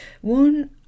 One